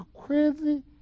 crazy